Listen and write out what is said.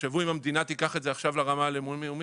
תחשבו אם המדינה תיקח את זה עכשיו לרמה הלאומית